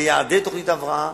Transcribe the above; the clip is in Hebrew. ביעדי תוכנית ההבראה,